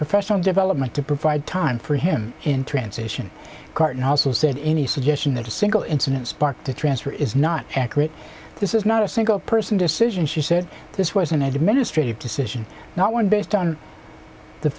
professional development to provide time for him in transition cartin also said any suggestion that a single incident sparked a transfer is not accurate this is not a single person decision she said this was an administrative decision not one based on the